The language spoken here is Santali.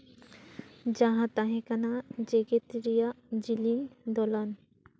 ᱡᱟᱦᱟᱸ ᱛᱟᱦᱮᱸ ᱠᱟᱱᱟ ᱡᱮᱸᱜᱮᱛ ᱨᱮᱭᱟᱜ ᱡᱮᱞᱮᱧ ᱫᱚᱞᱟᱱ